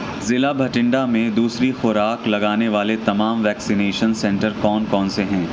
ضلع بھٹنڈہ میں دوسری خوراک لگانے والے تمام ویکسینیشن سینٹر کون کون سے ہیں